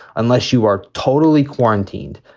unless you are totally quarantined,